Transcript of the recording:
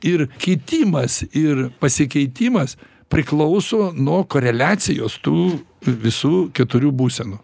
ir kitimas ir pasikeitimas priklauso nuo koreliacijos tų visų keturių būsenų